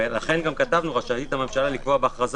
ולכן גם כתבנו "רשאית הממשלה לקבוע בהכרזה